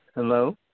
Hello